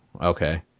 okay